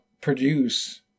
produce